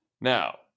Now